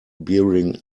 bearing